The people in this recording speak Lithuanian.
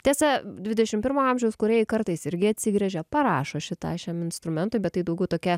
tiesa dvidešim pirmo amžiaus kūrėjai kartais irgi atsigręžia parašo šį tą šiam instrumentui bet tai daugiau tokia